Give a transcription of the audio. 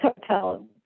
hotel